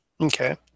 Okay